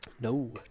No